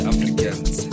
Africans